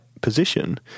Position